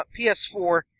PS4